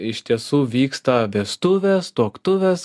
iš tiesų vyksta vestuvės tuoktuvės